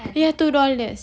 eh ya two dollars